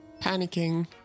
panicking